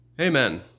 Amen